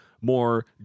more